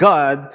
God